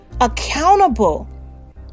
accountable